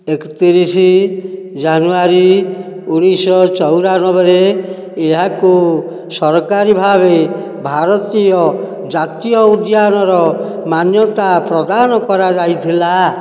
ଏକତିରିଶି ଜାନୁଆରୀ ଉଣେଇଶିଶହ ଚଉରାନବେରେ ଏହାକୁ ସରକାରୀ ଭାବେ ଭାରତୀୟ ଜାତୀୟ ଉଦ୍ୟାନର ମାନ୍ୟତା ପ୍ରଦାନ କରାଯାଇଥିଲା